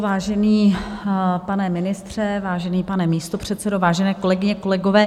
Vážený pane ministře, vážený pane místopředsedo, vážené kolegyně, kolegové.